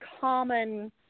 common